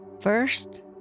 First